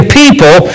people